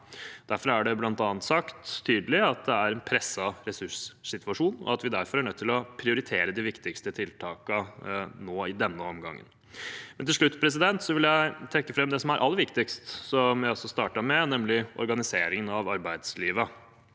Derfor er det bl.a. sagt tydelig at det er en presset ressurssituasjon, og at vi derfor er nødt til å prioritere de viktigste tiltakene i denne omgangen. Til slutt vil jeg trekke fram det som er aller viktigst, og som jeg også startet med, nemlig organiseringen av arbeidslivet.